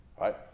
right